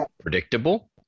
predictable